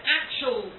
actual